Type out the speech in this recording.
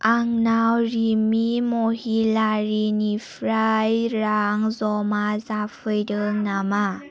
आंनाव रिमि महिलारिनिफ्राय रां जमा जाफैदों नामा